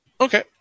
Okay